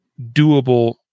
doable